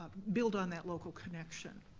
build on that local connection.